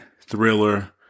thriller